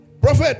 prophet